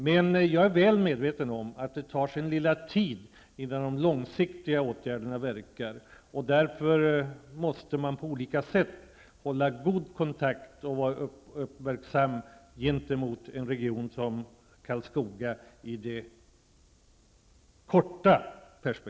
Men jag är väl medveten om att det tar sin lilla tid innan de långsiktiga åtgärderna verkar. Därför måste man på olika sätt hålla god kontakt och i det korta perspektivet vara uppmärksam på en region som